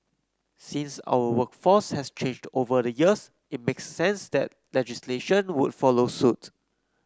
since our workforce has changed over the years it makes sense that legislation would follow suit